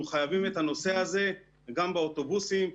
אנחנו חייבים את הנושא הזה גם באוטובוסים.